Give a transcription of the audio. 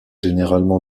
généralement